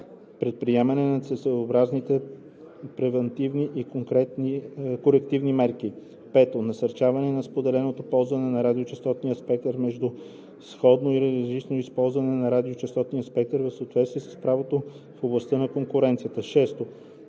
предприемане на целесъобразните превантивни и корективни мерки; 5. насърчаване на споделеното ползване на радиочестотен спектър между сходно или различно използване на радиочестотния спектър в съответствие с правото в областта на конкуренцията; 6.